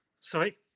Sorry